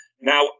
now